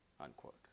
unquote